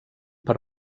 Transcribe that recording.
per